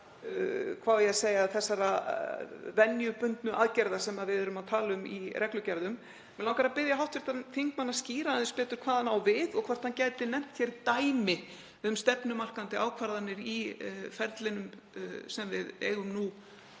hvað á ég að segja, venjubundnu aðgerða sem við erum að tala um í reglugerðum. Mig langar að biðja hv. þingmann að skýra aðeins betur hvað hann á við og hvort hann gæti nefnt hér dæmi um stefnumarkandi ákvarðanir í ferlinu sem við erum að